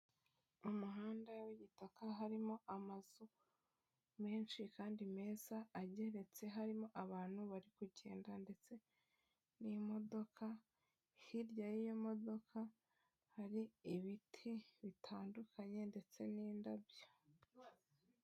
Mu muhanda w'igitaka harimo amazu menshi kandi meza ageretse harimo abantu bari kugenda ndetse n'imodoka, hirya y'iyo modoka hari ibiti bitandukanye ndetse n'indabyo.